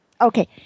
Okay